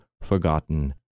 forgotten